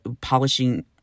polishing